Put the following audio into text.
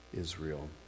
Israel